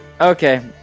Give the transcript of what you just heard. Okay